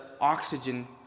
oxygen